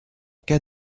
cas